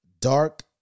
Dark